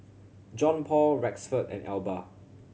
Johnpaul Rexford and Elba